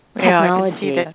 Technology